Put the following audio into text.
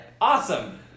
awesome